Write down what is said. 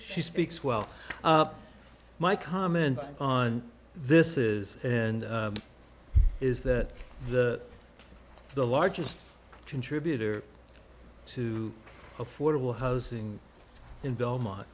shoe speaks well my comment on this is and is that the the largest contributor to affordable housing in belmont